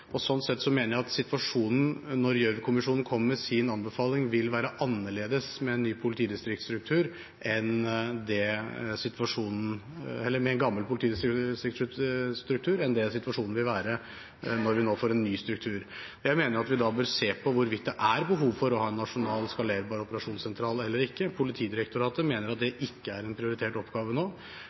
Sånn sett mener jeg at situasjonen var annerledes da Gjørv-kommisjonen kom med sin anbefaling, med gammel politidistriktsstruktur, enn det situasjonen vil være når vi nå får en ny struktur. Jeg mener at vi da bør se på hvorvidt det er behov for å ha en nasjonal skalerbar operasjonssentral eller ikke. Politidirektoratet mener at det ikke er en prioritert oppgave nå.